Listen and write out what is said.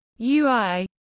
UI